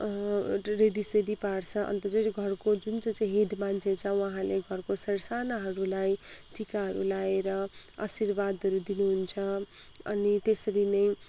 ready सेडी पार्छ अन्त जो चाहिँ घरको जुन चाहिँ हेड मान्छे छ उहाँले घरको सासानाहरूलाई टिकाहरू लाएर अशीर्वादहरू दिनुहुन्छ अनि त्यसरी नै